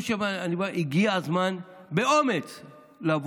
הגיע הזמן לדבר באומץ על